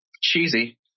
cheesy